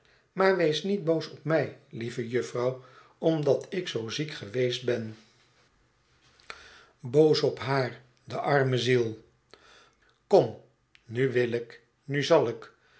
maar wees niet boos op mij lieve jufvrouw omdat ik zoo ziek geweest ben boos op haar de arme ziel kom nu wil ik nu zal ik